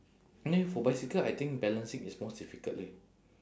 I mean for bicycle I think balancing is most difficult leh